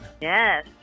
Yes